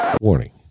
warning